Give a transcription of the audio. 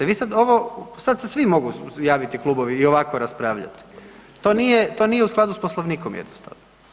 Vi sad ovo sad se svi mogu javiti klubovi i ovako raspravljati, to nije u skladu s Poslovnikom jednostavno.